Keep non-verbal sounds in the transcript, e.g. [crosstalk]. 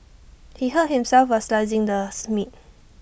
he hurt himself while slicing the [unintelligible] meat